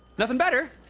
nothing better!